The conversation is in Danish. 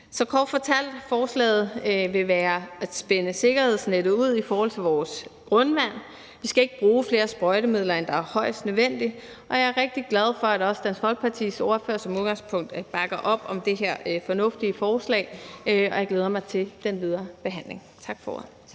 Så kort fortalt vil forslaget være at spænde sikkerhedsnettet ud i forhold til vores grundvand. Vi skal ikke bruge flere sprøjtemidler, end det er højst nødvendigt, og jeg er rigtig glad for, at også Dansk Folkepartis ordfører som udgangspunkt bakker op om det her fornuftige forslag, og jeg glæder mig til den videre behandling. Tak for